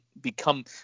become